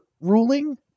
ruling